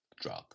drug